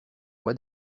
quoi